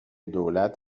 دولت